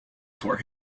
for